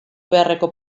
beharreko